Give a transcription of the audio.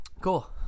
Cool